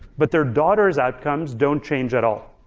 but their daughter's outcomes don't change at all,